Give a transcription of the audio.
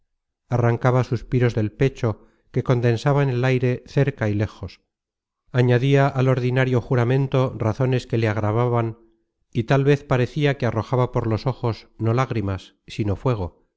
arrancaba suspiros del pecho que condensaban el aire cerca y léjos añadia al ordinario juramento razones que le agravaban y tal vez parecia que arrojaba por los ojos no lágrimas sino fuego